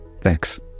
Thanks